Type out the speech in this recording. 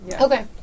Okay